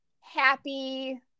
happy